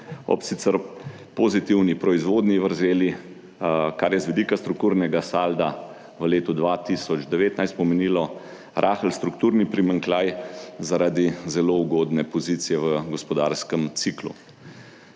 ob sicer pozitivni proizvodnji vrzeli, kar je z vidika strukturnega salda v letu 2019 pomenilo rahel strukturni primanjkljaj zaradi zelo ugodne pozicije v gospodarskem ciklu.